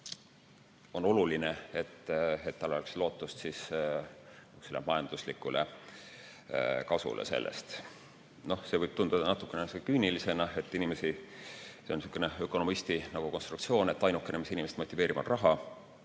on oluline, et tal oleks lootust majanduslikule kasule sellest. See võib tunduda natuke küünilisena, see ökonomisti konstruktsioon, et ainukene, mis inimest motiveerib, on raha,